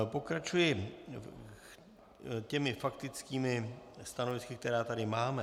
Pokračuji těmi faktickými stanovisky, která tady máme.